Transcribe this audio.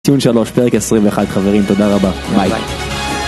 ציון 3 פרק 21 חברים תודה רבה ביי ביי